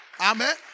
Amen